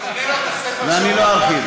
ואני לא ארחיב.